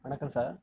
வணக்கம் சார்